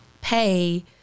pay